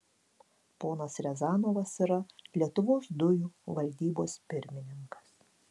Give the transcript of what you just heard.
ponas riazanovas yra lietuvos dujų valdybos pirmininkas